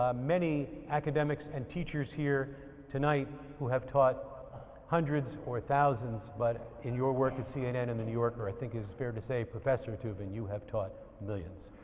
many academics and teachers here tonight who have taught hundreds or thousands but in your work at cnn and the new yorker i think it's fair to say professor toobin you have taught millions.